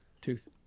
Tooth